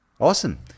Awesome